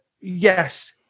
yes